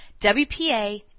WPA